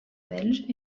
belge